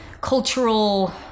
cultural